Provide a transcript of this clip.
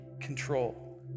control